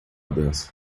dança